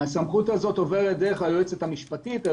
הסמכות הזאת עוברת דרך היועצת המשפטית והיא